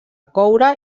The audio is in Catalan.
coure